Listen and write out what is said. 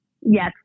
Yes